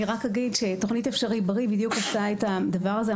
אני רק אגיד שתוכנית "אפשרי בריא" בדיוק עשתה את הדבר הזה.